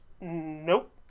Nope